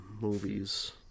movies